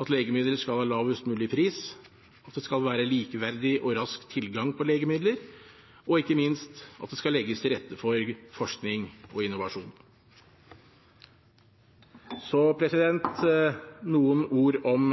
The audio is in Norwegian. at legemidler skal ha lavest mulig pris, at det skal være likeverdig og rask tilgang på legemidler, og ikke minst at det skal legges til rette for forskning og innovasjon. Så noen ord om